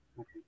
Okay